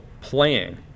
playing